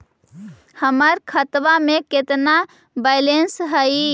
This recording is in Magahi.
हमर खतबा में केतना बैलेंस हई?